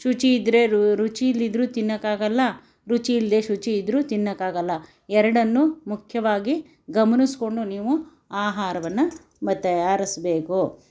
ಶುಚಿ ಇದ್ದರೆ ರುಚಿ ಇಲ್ಲದಿದ್ರೂ ತಿನ್ನೋಕ್ಕಾಗಲ್ಲ ರುಚಿ ಇಲ್ಲದೇ ಶುಚಿ ಇದ್ದರೂ ತಿನ್ನೋಕ್ಕಾಗಲ್ಲ ಎರಡನ್ನೂ ಮುಖ್ಯವಾಗಿ ಗಮನಿಸ್ಕೊಂಡು ನೀವು ಆಹಾರವನ್ನು ಮತ್ತೆ ಅರಸಬೇಕು